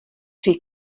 při